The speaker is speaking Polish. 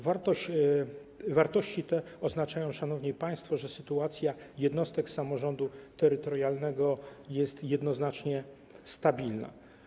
Wartości te oznaczają, szanowni państwo, że sytuacja jednostek samorządu terytorialnego jest jednoznacznie stabilna.